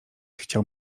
chciał